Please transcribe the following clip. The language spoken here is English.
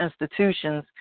institutions